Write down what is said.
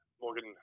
Morgan